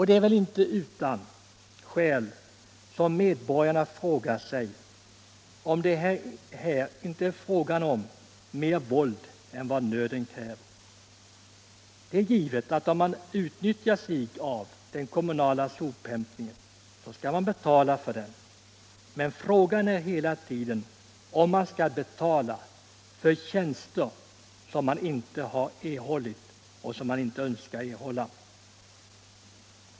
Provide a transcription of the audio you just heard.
Det är väl inte utan skäl som medborgarna undrar, om det inte här är fråga om mera våld än nöden kräver. Det är givet att om man utnyttjar den kommunala sophämtningen skall man också betala för den, men frågan är hela tiden, om man skall behöva betala för tjänster som man inte har erhållit och som man inte heller har önskat erhålla.